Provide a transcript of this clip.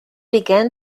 began